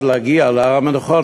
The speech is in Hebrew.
ולהגיע להר-המנוחות,